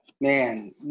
man